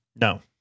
No